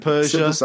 Persia